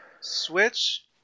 Switch